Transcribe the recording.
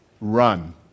run